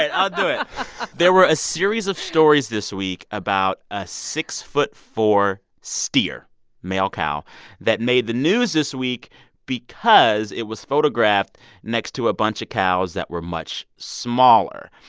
i'll do it there were a series of stories this week about a six foot four steer male cow that made the news this week because it was photographed next to a bunch of cows that were much smaller.